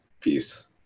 peace